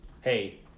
hey